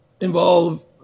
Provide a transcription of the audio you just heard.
involve